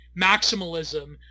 maximalism